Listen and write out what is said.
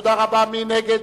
מי נגד?